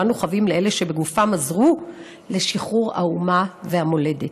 שאנו חבים לאלה שבגופם עזרו לשחרור האומה והמולדת".